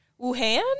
Wuhan